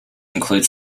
includes